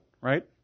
right